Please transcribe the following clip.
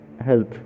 health